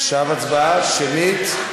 עכשיו הצבעה שמית.